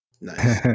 Nice